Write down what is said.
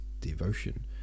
devotion